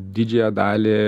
didžiąją dalį